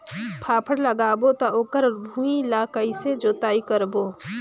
फाफण लगाबो ता ओकर भुईं ला कइसे जोताई करबो?